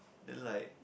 then like